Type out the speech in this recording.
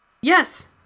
Yes